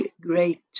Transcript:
great